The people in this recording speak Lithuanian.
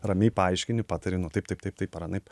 ramiai paaiškini patari nu taip taip taip taip ar anaip